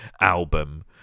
album